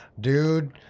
dude